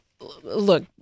look